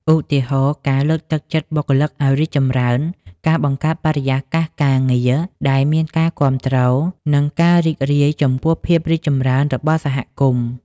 ឧទាហរណ៍ ការលើកទឹកចិត្តបុគ្គលិកឱ្យរីកចម្រើន ការបង្កើតបរិយាកាសការងារដែលមានការគាំទ្រ និងការរីករាយចំពោះភាពរីកចម្រើនរបស់សហគមន៍។